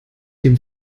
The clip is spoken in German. dem